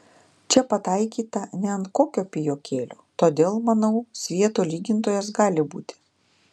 čia pataikyta ne ant kokio pijokėlio todėl manau svieto lygintojas gali būti